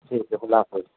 ٹھیک ہے خدا حافظ